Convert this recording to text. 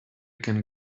can